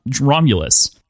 Romulus